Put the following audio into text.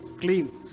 clean